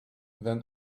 than